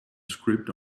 script